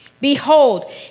Behold